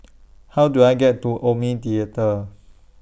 How Do I get to Omni Theatre